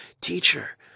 Teacher